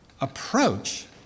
approach